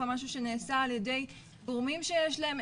למשהו שנעשה על ידי גורמים שיש להם,